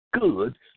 good